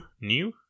new